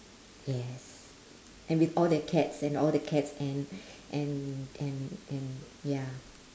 yes and with all the cats and all the cats and and and and ya